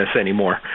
anymore